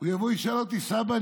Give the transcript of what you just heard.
הוא יבוא וישאל אותי: סבא,